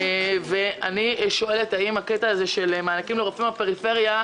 והאם הקטע של מענקים לרופאים בפריפריה,